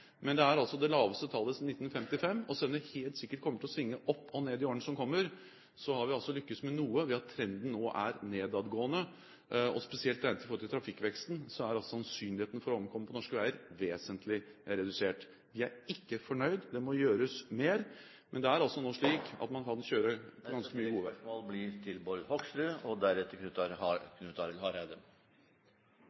men det er altså det laveste antallet siden 1955, og selv om det helt sikkert kommer til å svinge opp og ned i årene som kommer, har vi lyktes med noe ved at trenden nå er nedadgående. Spesielt regnet i forhold til trafikkveksten er sannsynligheten for å omkomme på norske veier vesentlig redusert. Vi er ikke fornøyd, det må gjøres mer, men det er nå slik at man kan kjøre … Bård Hoksrud – til